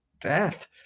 death